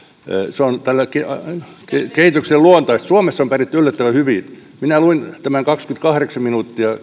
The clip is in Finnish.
on tälle kehitykselle luontaista suomessa on pärjätty yllättävän hyvin minä luin tämän kaksikymmentäkahdeksan minuuttia